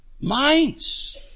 minds